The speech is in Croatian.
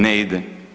Ne ide.